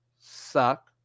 suck